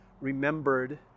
remembered